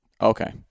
Okay